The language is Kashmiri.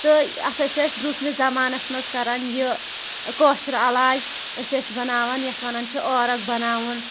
تہٕ اَتھ ٲسۍ أسۍ برٛونٛٹھمِس زَمانَس منٛز کران یہِ کوشُر علاج أسۍ ٲسۍ بَناوان یَتھ وَنان چھِ عٲرَق بَناوُن